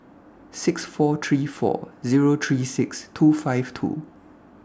six four three four Zero three six two five two